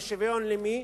ושוויון למי?